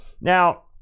Now